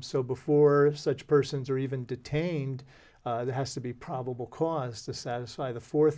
so before such persons are even detained there has to be probable cause to satisfy the fourth